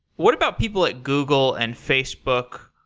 what about people at google and facebook,